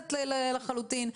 מבורכת לחלוטין,